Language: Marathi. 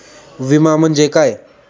विमा म्हणजे काय?